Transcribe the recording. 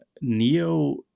Neo